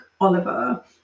Oliver